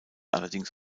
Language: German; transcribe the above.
allerdings